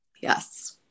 Yes